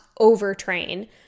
overtrain